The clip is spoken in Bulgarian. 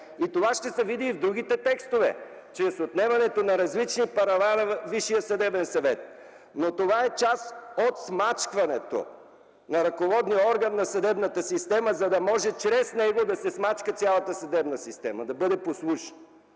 Това ще се види и в другите текстове – чрез отнемането на различни права на Висшия съдебен съвет. Това е част от смачкването на ръководния орган на съдебната система, за да може чрез него да се смачка цялата съдебна система, да бъде подслушана.